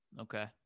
Okay